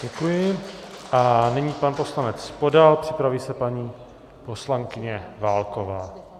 Děkuji a nyní pan poslanec Podal, připraví se paní poslankyně Válková.